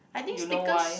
you know why